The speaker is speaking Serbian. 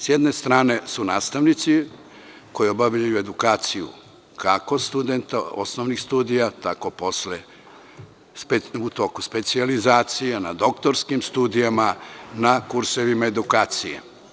Sa jedne strane, su nastavnici koji obavljaju edukaciju kako studenta osnovnih studija, tako i posle u toku specijalizacija, na doktorskim studijama, na kursevima edukacije.